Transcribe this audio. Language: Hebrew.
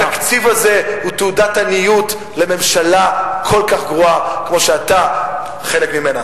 התקציב הזה הוא תעודת עניות לממשלה כל כך גרועה כמו שאתה חלק ממנה.